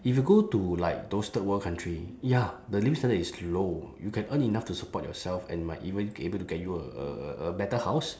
if you go to like those third world country ya the living standard is low you can earn enough to support yourself and might even be able to get you a a a better house